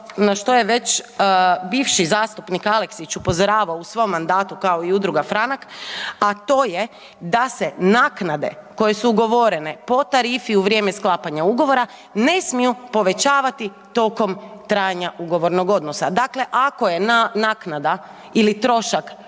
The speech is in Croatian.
na što je već bivši zastupnik Aleksić upozoravao u svom mandatu kao i udruga Franak, a to je da se naknade koje su ugovorene po tarifi u vrijeme sklapanja ugovora, ne smiju povećati tokom trajanje ugovornog odnosa. Dakle ako je naknada ili trošak